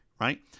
Right